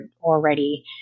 already